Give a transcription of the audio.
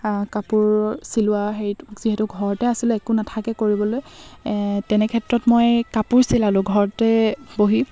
কাপোৰ চিলোৱা হেৰি যিহেতু ঘৰতে আছিলো একো নাথাকে কৰিবলৈ তেনে ক্ষেত্ৰত মই কাপোৰ চিলালো ঘৰতে বহি